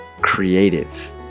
Creative